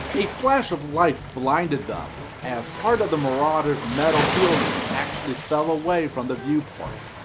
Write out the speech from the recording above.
a flash of light blinded them as part of the marauder's metal shielding actually fell away from the viewport.